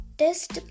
test